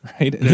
right